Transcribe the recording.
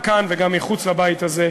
גם כאן וגם מחוץ לבית הזה,